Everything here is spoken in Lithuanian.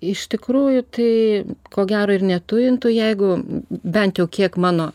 iš tikrųjų tai ko gero ir netujintų jeigu bent jau kiek mano